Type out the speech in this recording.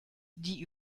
die